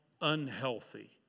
unhealthy